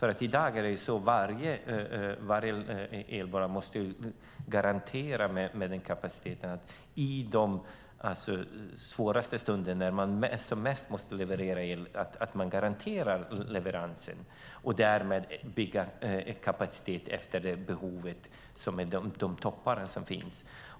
I dag måste varje elbolag ha kapacitet för de svåraste stunderna, när man ska leverera mest el, och garantera leveransen. Därmed måste man bygga upp kapacitet efter det behov som finns under topparna.